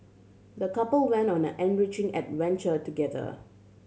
the couple went on an enriching adventure together